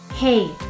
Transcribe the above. Hey